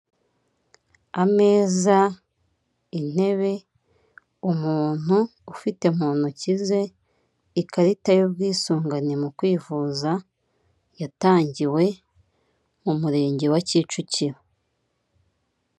Mu kibuga ni ho abantu bidagadurira, bashobora gukiniramo imikino itandukanye, waba uw'amaguru, uw'amaboko ndetse n'iyindi, ibiti iyo biteye bicucitse bigira akamaro kanini cyane, bishobora gukurura imvura, ikindi kandi byavamo n'inkwi ndetse n'amakara.